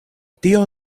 tio